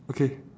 okay